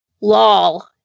lol